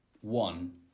one